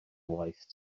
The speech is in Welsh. waith